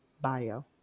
bio